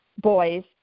boys